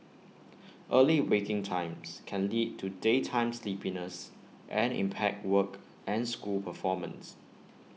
early waking times can lead to daytime sleepiness and impaired work and school performance